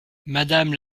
madame